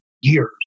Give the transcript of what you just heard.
years